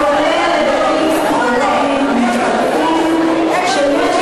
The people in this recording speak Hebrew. הכולל היבטים פסיכולוגיים ומשפטיים שיש